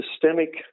systemic